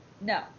No